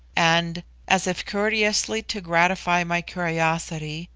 and as if courteously to gratify my curiosity,